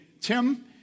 Tim